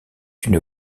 une